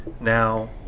now